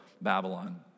Babylon